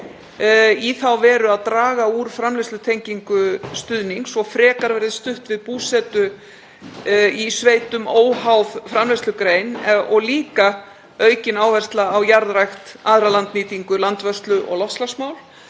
í þá veru að draga úr framleiðslutengingu stuðnings og að frekar verði stutt við búsetu í sveitum óháð framleiðslugrein og líka aukna áhersla á jarðrækt, aðra landnýtingu, landvörslu og loftslagsmál